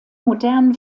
modernen